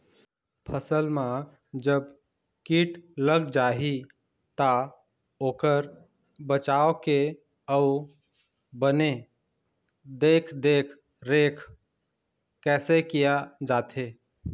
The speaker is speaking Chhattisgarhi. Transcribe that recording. फसल मा जब कीट लग जाही ता ओकर बचाव के अउ बने देख देख रेख कैसे किया जाथे?